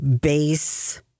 base